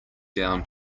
down